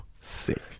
Sick